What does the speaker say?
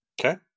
Okay